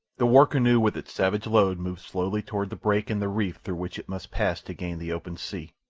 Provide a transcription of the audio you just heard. the war-canoe with its savage load moved slowly toward the break in the reef through which it must pass to gain the open sea.